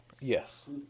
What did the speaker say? yes